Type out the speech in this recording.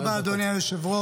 תודה רבה, אדוני היושב-ראש.